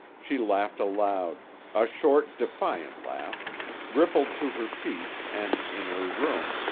she laughed aloud a short, defiant laugh rippled to her feet, and, in her room,